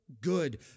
Good